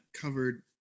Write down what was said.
covered